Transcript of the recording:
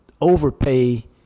overpay